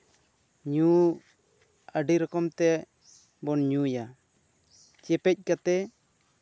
ᱧᱩ ᱟᱹᱰᱤ ᱨᱚᱠᱚᱢ ᱛᱮᱵᱚᱱ ᱧᱩᱭᱟ ᱪᱮᱯᱮᱡ ᱠᱟᱛᱮᱫ